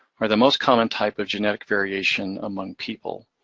are the most common type of genetic variation among people.